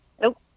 Nope